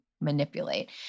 manipulate